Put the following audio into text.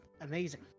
amazing